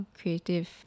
creative